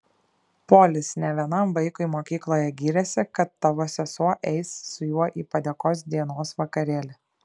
polis ne vienam vaikui mokykloje gyrėsi kad tavo sesuo eis su juo į padėkos dienos vakarėlį